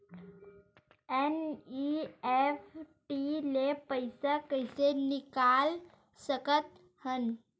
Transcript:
NEFT ले पईसा कइसे निकाल सकत हन?